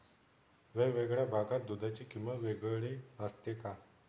वेगवेगळ्या भागात दूधाची किंमत वेगळी असते का?